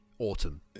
Autumn